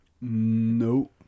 No